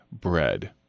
bread